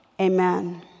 amen